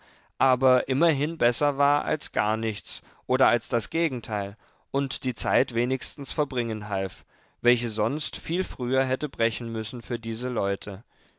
aber immerhin besser war als gar nichts oder als das gegenteil und die zeit wenigstens verbringen half welche sonst viel früher hätte brechen müssen für diese leute